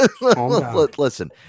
Listen